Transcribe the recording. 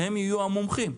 והם יהיו המומחים.